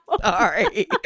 sorry